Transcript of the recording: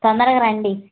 తొందరగా రండి